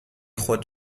خود